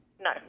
No